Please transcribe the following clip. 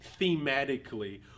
thematically